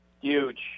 Huge